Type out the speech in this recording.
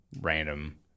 random